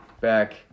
back